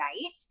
night